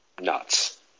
nuts